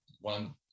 one